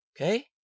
Okay